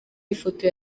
ifoto